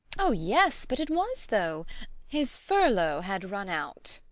oh yes, but it was, though his furlough had run out.